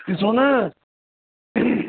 ॾिसो न